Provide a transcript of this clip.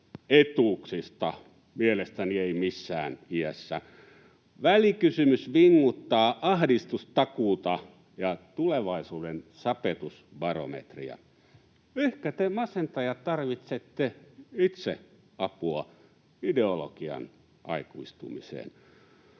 etuuksista? Mielestäni ei missään iässä. Välikysymys vinguttaa ahdistustakuuta ja tulevaisuuden sapetusbarometria. Ehkä te masentajat tarvitsette itse apua ideologian aikuistumiseen.